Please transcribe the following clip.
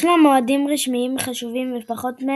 ישנם מועדים רשמיים חשובים פחות,